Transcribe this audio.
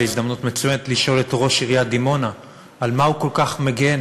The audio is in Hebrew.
זו הזדמנות מצוינת לשאול את ראש עיריית דימונה על מה הוא כל כך מגן